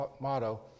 motto